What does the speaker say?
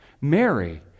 Mary